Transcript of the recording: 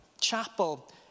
chapel